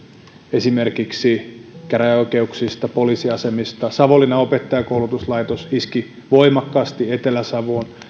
esimerkiksi käräjäoikeuksista poliisiasemista savonlinnan opettajankoulutuslaitos iski voimakkaasti etelä savoon